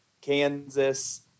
Kansas